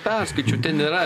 perskaičiau ten yra